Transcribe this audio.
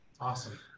awesome